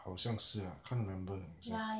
好像是:haw shang su lah can't remember lah